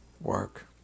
work